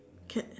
cat